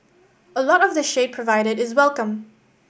a lot of the shade provided is welcome